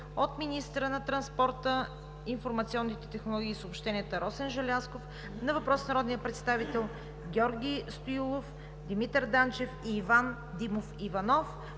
- министъра на транспорта, информационните технологии и съобщенията Росен Желязков на въпрос от народните представители Георги Стоилов, Димитър Данчев и Иван Димов Иванов;